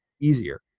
easier